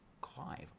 Clive